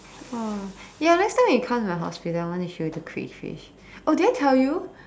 oh next time when you come to my house I want to show you the crayfish oh did I tell you